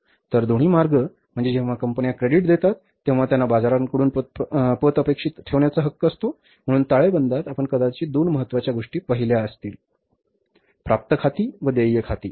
तर दोन्ही मार्ग म्हणजे जेव्हा कंपन्या क्रेडिट देतात तेव्हा त्यांना बाजाराकडून पत अपेक्षित ठेवण्याचा हक्क असतो म्हणून ताळेबंदात आपण कदाचित दोन महत्वाच्या गोष्टी पाहिल्या असतील प्राप्य खाती व देय खाती